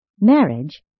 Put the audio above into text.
Marriage